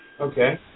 Okay